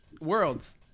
worlds